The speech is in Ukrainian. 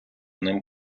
ним